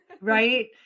Right